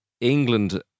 England